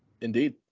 Indeed